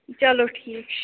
چلو ٹھیٖک چھِ